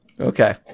Okay